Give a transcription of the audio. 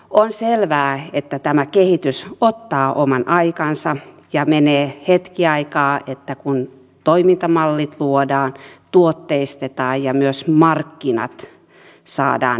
on selvää että tämä kehitys ottaa oman aikansa ja menee hetki aikaa kun toimintamallit luodaan tuotteistetaan ja myös markkinat saadaan innostumaan